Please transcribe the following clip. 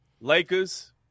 Lakers